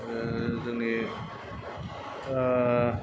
जोंनि